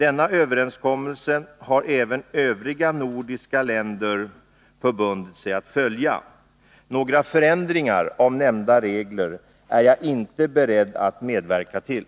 Denna överenskommelse har även övriga nordiska länder förbundit sig att följa. Några förändringar av nämnda regler är jag inte beredd att medverka till.